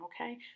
okay